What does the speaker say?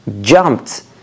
Jumped